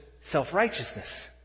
self-righteousness